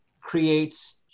creates